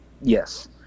yes